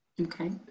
Okay